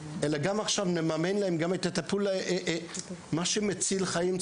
אלא נממן להם עכשיו גם את הטיפול הרפואי מציל החיים?